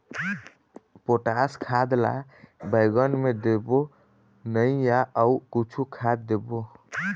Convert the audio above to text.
Potash खाद ला बैंगन मे देबो नई या अऊ कुछू खाद देबो?